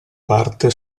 parte